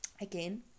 again